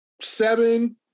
seven